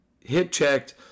hip-checked